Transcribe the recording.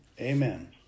Amen